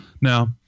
now